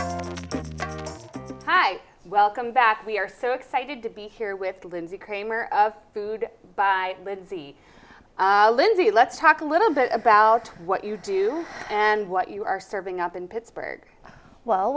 wait hi welcome back we're so excited to be here with lindsay kramer of food by lindsay lindsay let's talk a little bit about what you do and what you are serving up in pittsburgh well